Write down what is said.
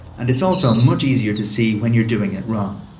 and it's also much easier to see when you are doing it wrong.